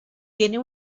tienen